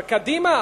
אבל קדימה?